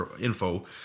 info